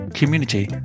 community